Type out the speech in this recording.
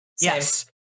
yes